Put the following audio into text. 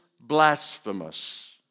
blasphemous